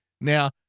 Now